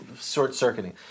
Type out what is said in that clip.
short-circuiting